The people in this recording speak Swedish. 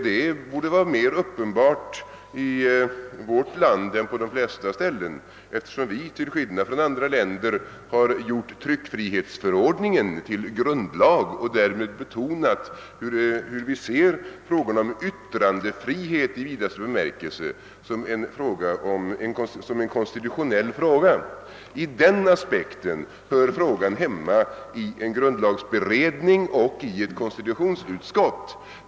Detta borde vara mer uppenbart i vårt land än i de flesta andra länder, eftersom vi till skillnad från dem har gjort tryckfrihetsförordningen till grundlag och därmed betonat att vi betraktar yttrandefriheten i vidaste bemärkelse som en konstitutionell fråga. Ur den aspekten hör frågan hemma i en grundlagberedning och i ett konstitutionsutskott.